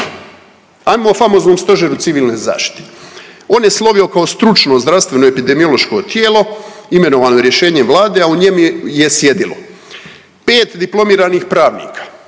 Ajmo o famoznom Stožeru civilne zaštite, on je slovio kao stručno zdravstveno epidemiološko tijelo imenovano rješenjem Vlade, a u njemu je sjedilo pet diplomiranih pravnika,